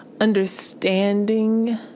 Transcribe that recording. Understanding